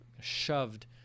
shoved